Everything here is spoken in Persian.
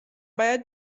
باید